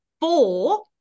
four